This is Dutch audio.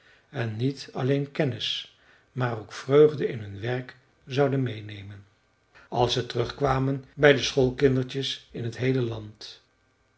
en niet alleen kennis maar ook vreugde in hun werk zouden meênemen als ze terugkwamen bij de schoolkindertjes in t heele land